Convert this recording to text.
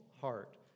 heart